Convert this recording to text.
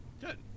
Good